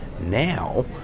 now